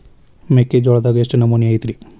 ಮೆಕ್ಕಿಜೋಳದಾಗ ಎಷ್ಟು ನಮೂನಿ ಐತ್ರೇ?